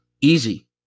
Easy